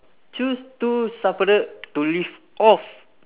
choose two sapade to live off